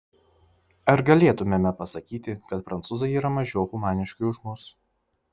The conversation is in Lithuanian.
ar galėtumėme pasakyti kad prancūzai yra mažiau humaniški už mus